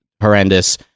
horrendous